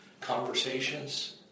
conversations